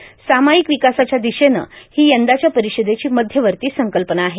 सामायीक विकासाच्या दिशेनं ही यंदाच्या परिषदेची मध्यवर्ती संकल्पना आहे